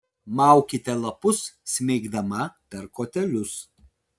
maukite lapus smeigdama per kotelius